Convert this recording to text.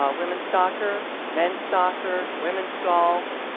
ah women's soccer, men's soccer, women's golf,